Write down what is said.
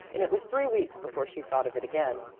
and it was three weeks before she thought of it again.